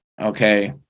okay